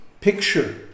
picture